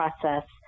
process